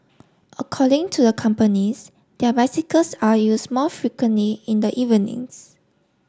according to the companies their bicycles are used more frequently in the evenings